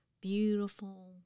beautiful